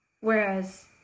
whereas